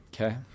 Okay